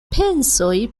pensoj